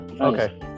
Okay